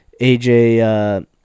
AJ